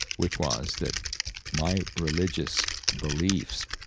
which was that my religious beliefs,